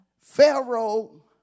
Pharaoh